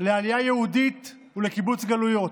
לעלייה יהודית ולקיבוץ גלויות,